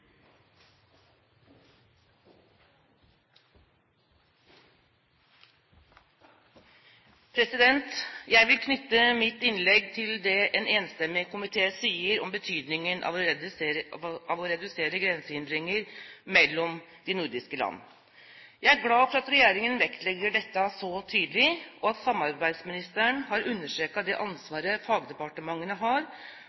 en enstemmig komité sier om betydningen av å redusere grensehindringer mellom de nordiske land. Jeg er glad for at regjeringen vektlegger dette så tydelig, og at samarbeidsministeren har understreket det